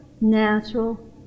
natural